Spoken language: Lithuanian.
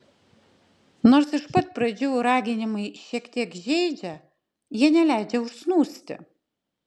nors iš pat pradžių raginimai šiek tiek žeidžia jie neleidžia užsnūsti